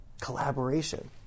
collaboration